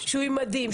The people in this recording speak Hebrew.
שהוא עם מדים,